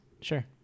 Sure